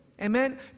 Amen